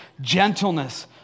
gentleness